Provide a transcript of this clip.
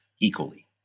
equally